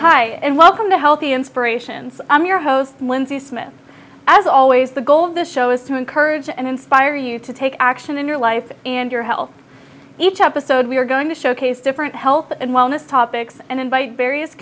hi and welcome to healthy inspirations i'm your host lindsay smith as always the goal of this show is to encourage and inspire you to take action in your life and your health each episode we are going to showcase different health and wellness topics and invite various